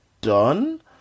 done